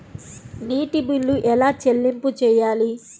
నీటి బిల్లు ఎలా చెల్లింపు చేయాలి?